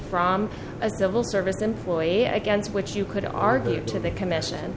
from a civil service employee against which you could argue to the commission